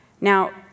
Now